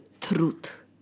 truth